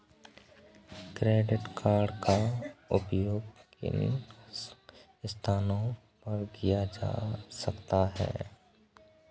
Credit card का उपयोग किन स्थानों पर किया जा सकता है?